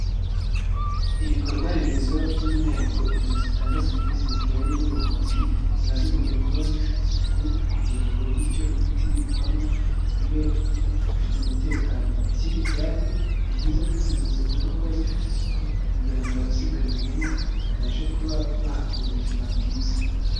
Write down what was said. Ibikorwa remezo by'umwihariko inzu zitanga serivisi zijyanye n'ubuvuzi ziba zigomba kuba zifite isuku kugira ngo bityo imiti ibikwamo ibe ifite umutekano, ikindi kandi ni byiza ko izo nzu zigomba kuba zifite isuku kugira ngo abazigana nabo babashe kuba bahakura ubuzima bwiza.